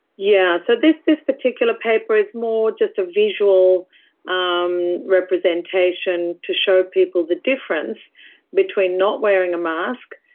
yeah so this this particular paper is more just a visual um representation to show people the difference between not wearing a mask,